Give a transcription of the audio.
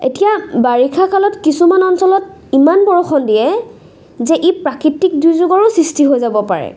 এতিয়া বাৰিষাকালত কিছুমান অঞ্চলত ইমান বৰষুণ দিয়ে যে ই প্ৰাকৃতিক দুৰ্যোগৰো সৃষ্টি হৈ যাব পাৰে